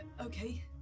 Okay